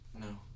No